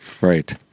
Right